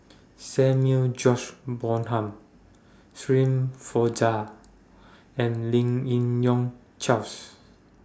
Samuel George Bonham Shirin Fozdar and Lim Yi Yong Charles